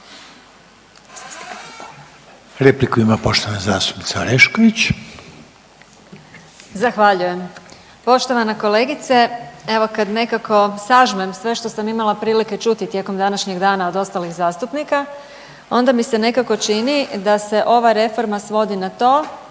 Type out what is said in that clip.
Dalija (Stranka s imenom i prezimenom)** Zahvaljujem. Poštovana kolegice, evo kad nekako sažmem sve što sam imala prilike čuti tijekom današnjeg dana od ostalih zastupnika onda mi se nekako čini da se ova reforma svodi na to